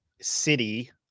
city